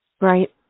Right